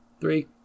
three